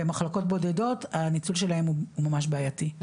במחלקות בודדות הניצול שלהם הוא ממש בעייתי,